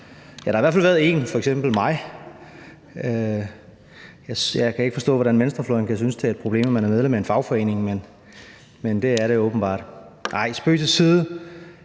der har i hvert fald været en, nemlig mig. Jeg kan ikke forstå, hvordan venstrefløjen kan synes, det er et problem, at man er medlem af en fagforening, men det er det åbenbart. Nej, spøg til side.